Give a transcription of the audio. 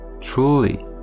truly